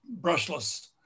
brushless